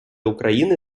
україни